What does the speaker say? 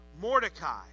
Mordecai